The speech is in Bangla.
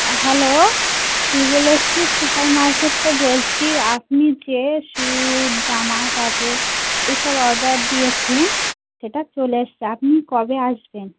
hello Shiv Lakshmi super market থেকে বলছি আপনি যে শ্যু জামা কাপড় এই সব অর্ডার দিয়েছেন সেটা চলে এসছে আপনি কবে আসবেন